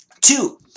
Two